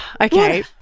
Okay